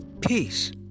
peace